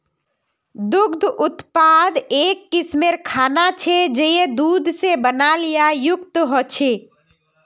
दुग्ध उत्पाद एक किस्मेर खाना छे जये दूध से बनाल या युक्त ह छे